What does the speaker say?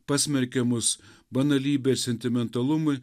pasmerkia mus banalybei sentimentalumui